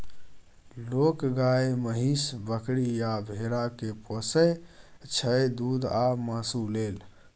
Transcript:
लोक गाए, महीष, बकरी आ भेड़ा केँ पोसय छै दुध आ मासु लेल